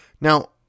Now